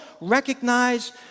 recognize